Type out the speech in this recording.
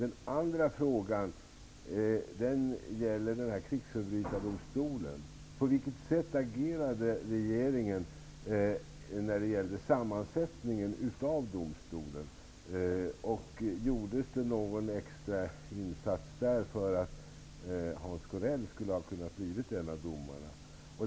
Den andra frågan gäller krigsförbrytardomstolen. På vilket sätt agerade regeringen när det gällde sammansättningen av domstolen? Gjordes det någon extrainsats för att Hans Corell skulle ha kunnat bli en av domarna?